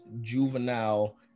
juvenile